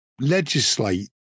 legislate